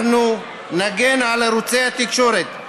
אנחנו נגן על ערוצי התקשורת,